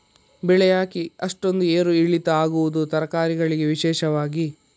ಬೆಳೆ ಯಾಕೆ ಅಷ್ಟೊಂದು ಏರು ಇಳಿತ ಆಗುವುದು, ತರಕಾರಿ ಗಳಿಗೆ ವಿಶೇಷವಾಗಿ?